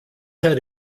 had